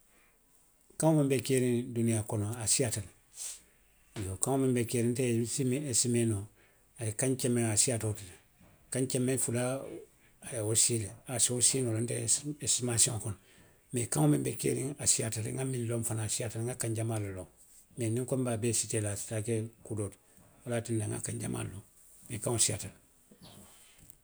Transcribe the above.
Kaŋo miŋ be keeriŋ duniyaa kono a siiyaata le. iyoo kaŋo miŋ be keeriŋ nte si miŋ esitimee noo, a ye kaŋ keme a siiyaata wo ti le; kaŋ keme fula ooo a ye wo sii le, a se wo sii noo le nte, nte la esitimaasiyoŋo kono. Mee kaŋo miŋ be keeriŋ. A siiyaata le nŋa miŋ loŋ. Nŋa kaŋo miŋ fanaŋ loŋ a siiyaata le. Mee niŋ nko in be a bee sitee la a se taa ke kuu doo ti. Wo le ye a tinna na nŋa kaŋ jamaa loŋ. Mee kaŋo siiyaata le.